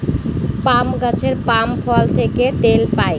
পাম গাছের পাম ফল থেকে তেল পাই